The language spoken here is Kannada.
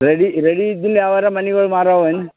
ರೆಡಿ ರೆಡಿ ಇದ್ದಿಲ್ಲ ಯಾವಾರು ಮನಿಗಳು ಮಾರವೇನು